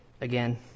again